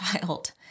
child